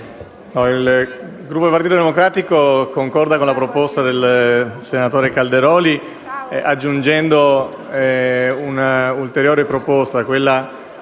Il Gruppo Partito Democratico concorda con la proposta del senatore Calderoli, aggiungendo un'ulteriore proposta: tenendo